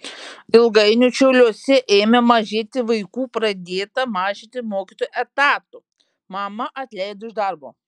ilgainiui šiauliuose ėmė mažėti vaikų pradėta mažinti mokytojų etatų mamą atleido iš darbo